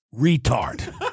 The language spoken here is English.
retard